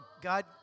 God